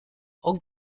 ook